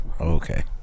Okay